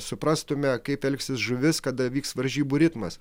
suprastume kaip elgsis žuvis kada vyks varžybų ritmas